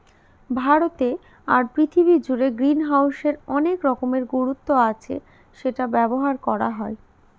ভারতে আর পৃথিবী জুড়ে গ্রিনহাউসের অনেক রকমের গুরুত্ব আছে সেটা ব্যবহার করা হয়